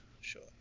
sure